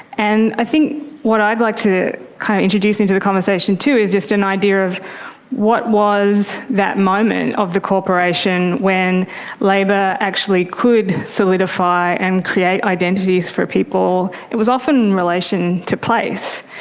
and i think what i'd like to kind of introduce into the conversation too is just an idea of what was that moment of corporation when labour actually could solidify and create identities for people? it was often in relation to place,